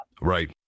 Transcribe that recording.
Right